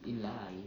in life